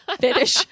finish